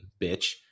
bitch